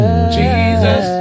Jesus